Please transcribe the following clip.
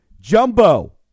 Jumbo